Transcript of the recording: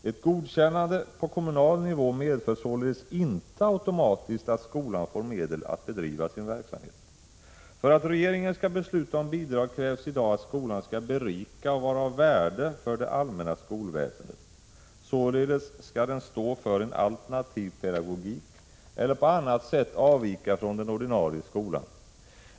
Ett godkännande på kommunal nivå medför således inte automatiskt att skolan får medel att bedriva sin verksamhet. För att regeringen skall besluta om bidrag krävs i dag att skolan skall berika och vara av värde för det allmänna skolväsendet. Således skall den stå för en alternativ pedagogik eller på annat sätt avvika från den ordinarie skolan.